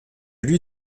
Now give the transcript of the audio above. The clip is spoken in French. lui